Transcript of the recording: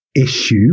issue